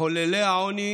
מחוללי העוני